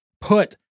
put